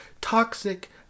toxic